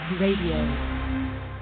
Radio